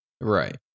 right